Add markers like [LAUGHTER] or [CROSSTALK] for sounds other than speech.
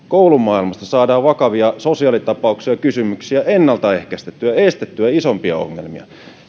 [UNINTELLIGIBLE] koulumaailmasta saadaan vakavia sosiaalitapauksia ja kysymyksiä ennaltaehkäistyä estettyä isompia ongelmia